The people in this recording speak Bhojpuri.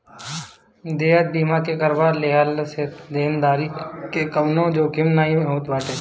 देयता बीमा करवा लेहला पअ देनदारी के कवनो जोखिम नाइ होत बाटे